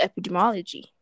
epidemiology